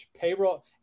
payroll